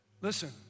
Listen